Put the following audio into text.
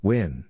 Win